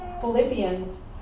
Philippians